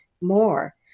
more